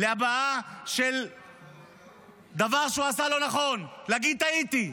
הבעה של דבר שהוא עשה לא נכון, להגיד "טעיתי".